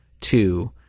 two